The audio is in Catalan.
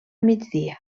migdia